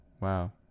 Wow